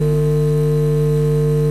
תתקיים ביום שני,